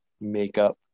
makeup